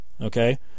okay